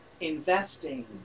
investing